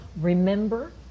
remember